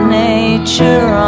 nature